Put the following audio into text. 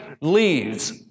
leaves